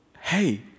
Hey